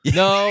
no